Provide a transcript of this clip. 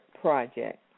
project